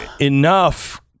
enough